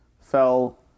fell